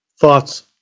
thoughts